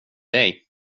dig